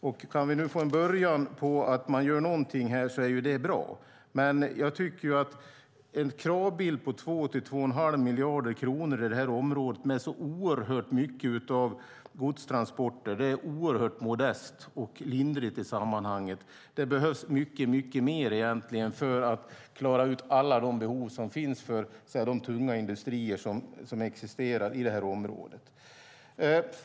Det är bra om man kan börja göra någonting här, men jag tycker att en kravbild på 2-2 1⁄2 miljard kronor i det här området med så oerhört många godstransporter är mycket modest i sammanhanget. Det behövs egentligen mycket mer för att klara av alla de behov som finns hos de tunga industrierna i det här området.